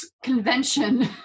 convention